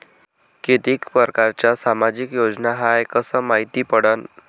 कितीक परकारच्या सामाजिक योजना हाय कस मायती पडन?